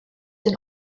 den